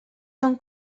són